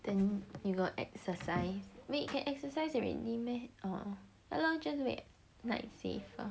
damn you got exercise wait you can exercise already meh orh ya lor just wait night safe lah